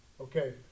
Okay